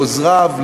לעוזריו,